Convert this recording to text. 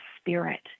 spirit